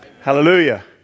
Hallelujah